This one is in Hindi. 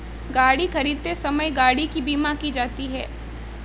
गाड़ी खरीदते समय गाड़ी की बीमा की जाती है